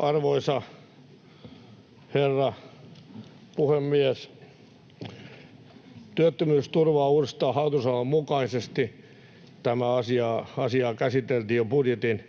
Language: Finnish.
Arvoisa herra puhemies! Työttömyysturvaa uudistetaan hallitusohjelman mukaisesti. Tämä asia käsiteltiin jo budjetin